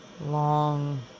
long